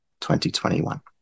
2021